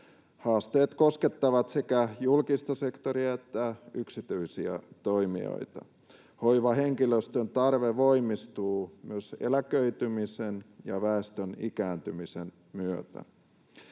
Haasteet koskettavat sekä julkista sektoria että yksityisiä toimijoita. Hoivahenkilöstön tarve voimistuu myös eläköitymisen ja väestön ikääntymisen myötä.